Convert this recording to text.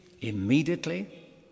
Immediately